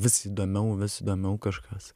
vis įdomiau vis įdomiau kažkas